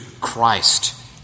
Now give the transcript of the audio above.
Christ